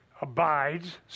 abides